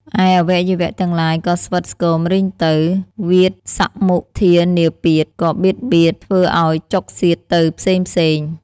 ឯអវយវៈទាំងឡាយក៏ស្វិតស្គមរីងទៅ វាតសមុដ្ឋានាពាធក៏បៀតបៀត ធ្វើឲ្យចុកសៀតទៅផ្សេងៗ ។